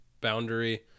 boundary